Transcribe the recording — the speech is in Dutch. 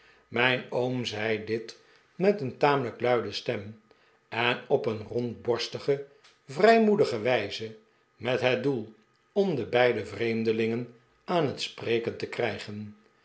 mijn oom zei dit met een tamelijk luide stem en op een rondborstige vrijmoedige wijze met het doel om de beide vreemdelingen aan het spreken te krijgen